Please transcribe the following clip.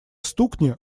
стукни